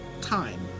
time